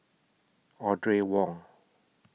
Audrey Wong